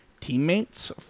teammates